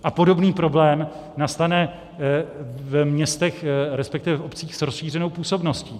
A podobný problém nastane ve městech, resp. v obcích s rozšířenou působností.